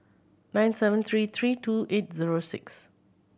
nine seven three three two eight zero six